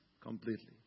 completely